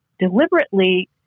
deliberately